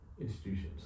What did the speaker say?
institutions